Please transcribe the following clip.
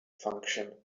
function